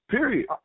Period